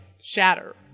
shatter